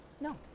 no